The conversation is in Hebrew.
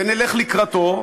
ונלך לקראתו,